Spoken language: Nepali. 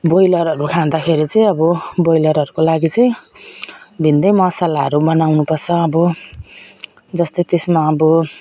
ब्रोइलरहरू खाँदाखेरि चाहिँ अब ब्रोइलरहरूको लागि चाहिँ भिन्न मसालाहरू बनाउनु पर्छ अब जस्तै त्यसमा अब